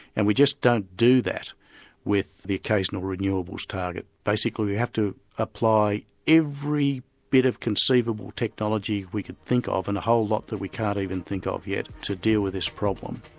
and we just don't do that with the occasional renewables target. basically we have to apply every bit of conceivable technology we can think of and a whole lot that we can't even think of yet, yet, to deal with this problem.